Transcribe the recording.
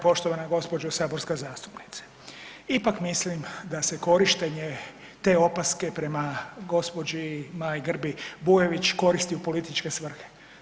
Poštovana gospođo saborska zastupnice, ipak mislim da se korištenje te opaske prema gospođi Maji Grbi Bujević koristi u političke svrhe.